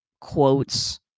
quotes